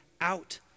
out